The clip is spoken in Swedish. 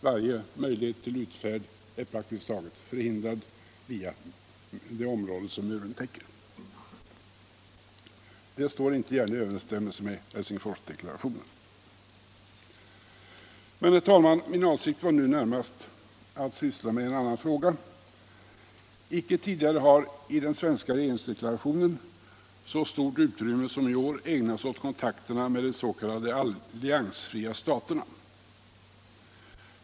Varje möjlighet till utfärd är praktiskt taget förhindrad via det område som muren täcker. Detta står inte gärna i överensstämmelse med Hetlsingforsdeklarationen. Men, herr talman, min avsikt var nu närmast att syssla med en annan fråga. Icke tidigare har i den svenska regeringsdeklarationen så stort utrymme som just i år ägnats åt kontakterna med de s.k. alliansfria staterna.